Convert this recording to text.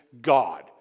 God